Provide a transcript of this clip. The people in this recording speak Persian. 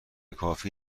کافی